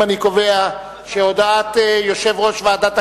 ועדת הכנסת להעביר את הצעת חוק רישוי עסקים (תיקון מס' 26)